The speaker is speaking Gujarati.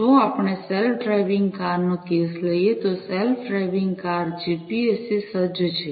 જો આપણે સેલ્ફ ડ્રાઈવિંગ કાર નો કેસ લઈએ તો સેલ્ફ ડ્રાઈવિંગ કાર જીપીએસ થી સજ્જ છે